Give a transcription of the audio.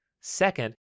Second